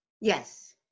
Yes